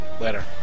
Later